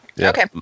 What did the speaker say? Okay